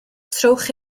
trowch